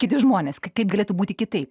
kiti žmonės kaip galėtų būti kitaip